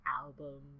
album